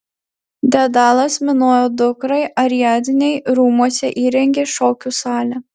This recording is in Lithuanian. dedalas minojo dukrai ariadnei rūmuose įrengė šokių salę